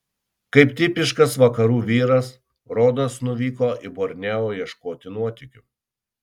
kaip tipiškas vakarų vyras rodas nuvyko į borneo ieškoti nuotykių